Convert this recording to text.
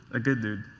a good dude.